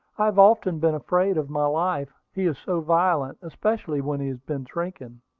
i have often been afraid of my life, he is so violent, especially when he has been drinking.